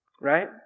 Right